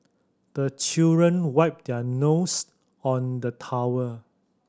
the children wipe their nose on the towel